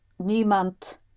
Niemand